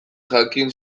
jakin